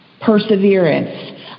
perseverance